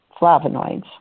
flavonoids